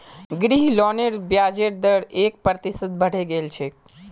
गृह लोनेर ब्याजेर दर एक प्रतिशत बढ़े गेल छेक